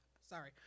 Sorry